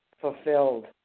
fulfilled